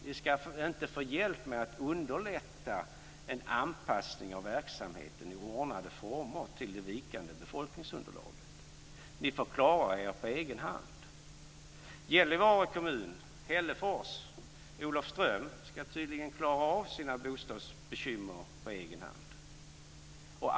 Ni ska inte få hjälp med att i ordnade former underlätta en anpassning av verksamheten till det vikande befolkningsunderlaget. Ni får klara er på egen hand. Kommunerna Gällivare, Hällefors och Olofström ska tydligen klara av sina bostadsbekymmer på egen hand.